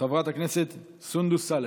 חברת הכנסת סונדוס סאלח,